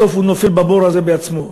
בסוף הוא נופל בבור הזה בעצמו.